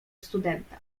studenta